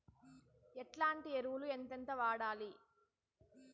ఎట్లాంటి ఎరువులు ఎంతెంత వాడాలి?